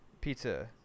pizza